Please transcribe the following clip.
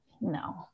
No